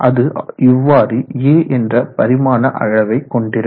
அது இவ்வாறு a என்ற பரிமாண அளவை கொண்டிருக்கும்